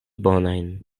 bonajn